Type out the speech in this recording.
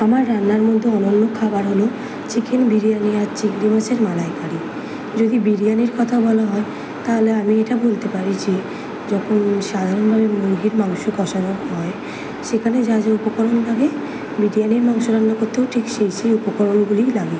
আমার রান্নার মধ্যে অনন্য খাবার হলো চিকেন বিরিয়ানি আর চিংড়ি মাছের মালাইকারি যদি বিরিয়ানির কথা বলা হয় তাহলে আমি এটা বলতে পারি যে যখন সাধারণভাবে মুরগির মাংস কষানো হয় সেখানে যা যা উপকরণ লাগে বিরিয়ানির মাংস রান্না করতেও ঠিক সেই সেই উপকরণগুলিই লাগে